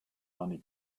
money